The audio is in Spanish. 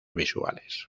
visuales